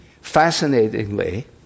fascinatingly